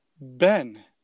Ben